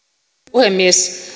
puhemies